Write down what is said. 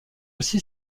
aussi